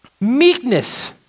Meekness